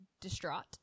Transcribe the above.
distraught